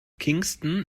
kingston